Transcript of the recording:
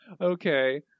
Okay